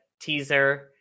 teaser